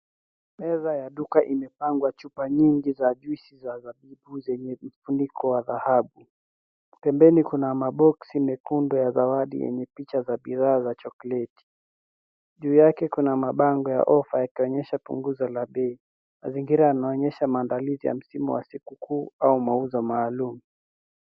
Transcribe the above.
Meza ya duka imepangwa chupa nyingi za juisi za zabibu zenye vifuniko wa dhahabu. Pembeni kuna maboksi mekundu ya zawadi yenye picha za bidhaa za chokoleti. Juu yake kuna mabango ya offer yakionyesha punguzo la bei. Mazingira yanaonyesha maandalizi ya msimu ya siku kuu au mauzo maalum.